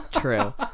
True